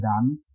done